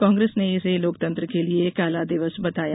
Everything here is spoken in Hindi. कांग्रेस ने इसे लोकतंत्र के लिए काला दिवस बताया